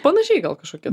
panašiai gal kažkokia